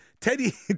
Teddy